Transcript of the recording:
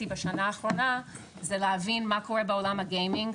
בשנה האחרונה זה להבין מה קורה בעולם הגיימינג,